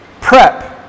Prep